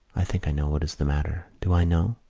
i think i know what is the matter. do i know?